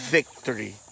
Victory